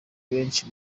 benshi